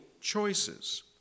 choices